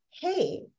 hey